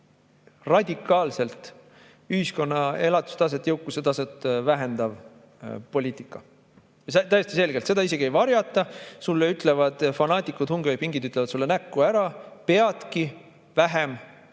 on radikaalselt ühiskonna elatustaset, jõukuse taset vähendav poliitika. Täiesti selgelt, seda isegi ei varjata. Sulle ütlevad fanaatikud, hungveipingid ütlevad sulle näkku, et sul peabki vähem asju